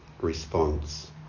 response